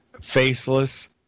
faceless